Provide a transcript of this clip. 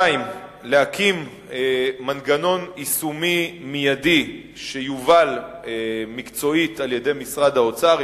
2. להקים מנגנון יישומי מיידי שיובל מקצועית על-ידי משרד האוצר.